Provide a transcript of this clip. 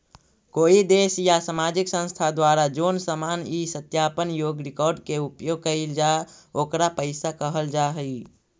कोई देश या सामाजिक संस्था द्वारा जोन सामान इ सत्यापन योग्य रिकॉर्ड के उपयोग कईल जा ओकरा पईसा कहल जा हई